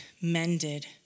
mended